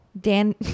Dan